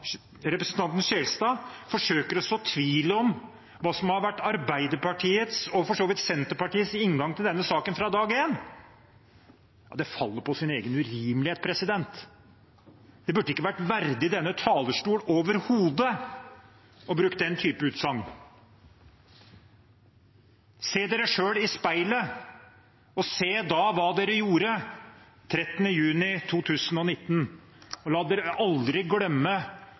representanten Skjelstad – forsøker å så tvil om hva som har vært Arbeiderpartiets og for så vidt Senterpartiets inngang til denne saken fra dag én, faller på sin egen urimelighet. Det burde ikke vært denne talerstol verdig overhodet å bruke den typen utsagn. Se dere selv i speilet og se hva dere gjorde den 13. juni 2019.